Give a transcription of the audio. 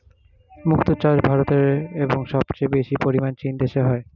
মুক্ত চাষ ভারতে এবং সবচেয়ে বেশি পরিমাণ চীন দেশে হয়